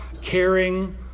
caring